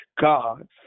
God